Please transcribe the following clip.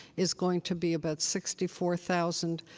is going to be about sixty four thousand.